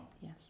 Yes